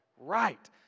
right